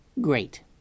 Great